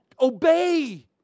Obey